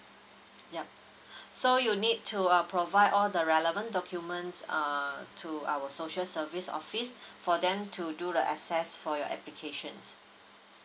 yup so you need to uh provide all the relevant documents err to our social service office for them to do the assess for your applications